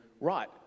right